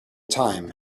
time